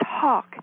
talk